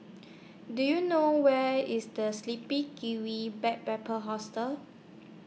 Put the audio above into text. Do YOU know Where IS The Sleepy Kiwi Back Paper Hostel